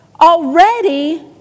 Already